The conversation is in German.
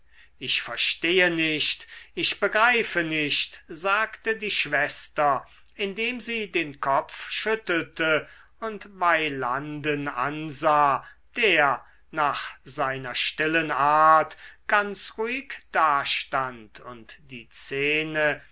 ich verstehe nicht ich begreife nicht sagte die schwester indem sie den kopf schüttelte und weylanden ansah der nach seiner stillen art ganz ruhig dastand und die szene